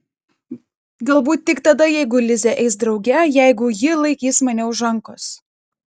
galbūt tik tada jeigu lizė eis drauge jeigu ji laikys mane už rankos